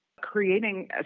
creating